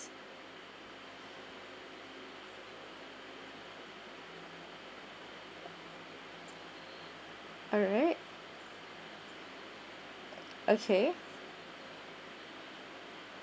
alright okay